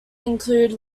include